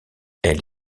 elle